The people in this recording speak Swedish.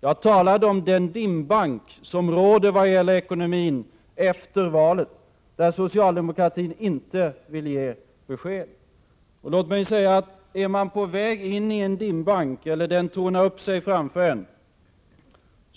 Jag talade om den dimbank som råder vad gäller ekonomin efter valet, där socialdemokraterna inte vill ge besked. När man ser en dimbank torna upp sig framför en,